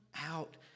out